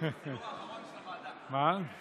לצערי הרב יש רבדים שלמים בעם שלא